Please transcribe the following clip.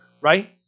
right